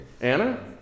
Anna